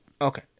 Okay